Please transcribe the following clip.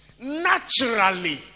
naturally